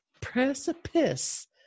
Precipice